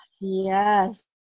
Yes